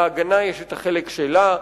להגנה יש החלק שלה.